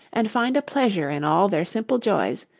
and find a pleasure in all their simple joys,